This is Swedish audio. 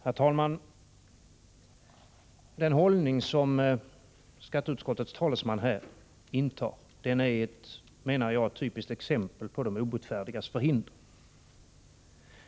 Herr talman! Den hållning som skatteutskottets talesman här intar är, menar jag, ett typiskt exempel på de obotfärdigas förhinder.